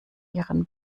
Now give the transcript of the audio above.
ihren